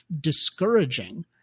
discouraging